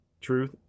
Truth